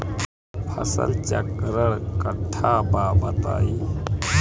फसल चक्रण कट्ठा बा बताई?